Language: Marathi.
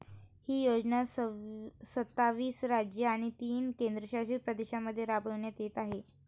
ही योजना सत्तावीस राज्ये आणि तीन केंद्रशासित प्रदेशांमध्ये राबविण्यात येत आहे